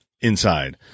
inside